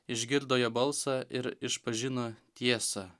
išgirdo jo balsą ir išpažino tiesą